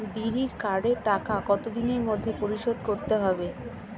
বিড়ির কার্ডের টাকা কত দিনের মধ্যে পরিশোধ করতে হবে?